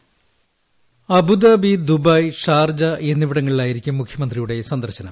voice Abu Dhabi Dubai Sharjah എന്നിവിടങ്ങളിലായിരിക്കും മുഖ്യമന്ത്രിയുടെ സന്ദർശനം